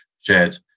shared